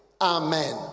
Amen